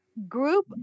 group